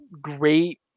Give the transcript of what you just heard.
great